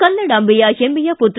ಕನ್ನಡಾಂದೆಯ ಹೆಮ್ದೆಯ ಪುತ್ರ